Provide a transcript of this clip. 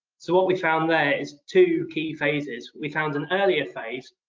so what we found there is two key phases. we found an earlier phase,